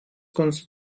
konusu